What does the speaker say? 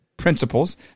Principles